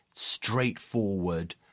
straightforward